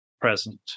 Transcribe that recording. present